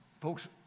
Folks